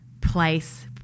place